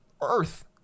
earth